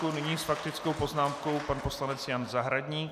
Nyní s faktickou poznámkou pan poslanec Jan Zahradník.